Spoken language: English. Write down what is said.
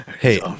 hey